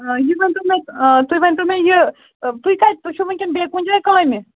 آ یہِ ؤنۍ تَو مےٚ آ تُہۍ ؤنۍ تَو مےٚ یہِ تُہۍ کَتہِ تُہۍ چھُو وُنکَیٚن بیٚیہِ کُنہِ جایہِ کامہِ